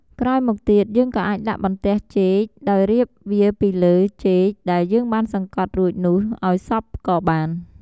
ក្រោយមកទៀត យើងក៏អាចដាក់បន្ទះចេក ដោយរៀបវាពីលើចេកដែលយើងបានសង្កត់រួចនោះឱ្យសព្វក៏បាន។